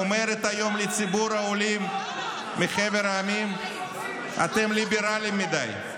אומרת היום לציבור העולים מחבר המדינות: אתם ליברלים מדי.